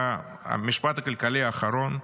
והמשפט הכלכלי האחרון,